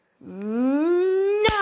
No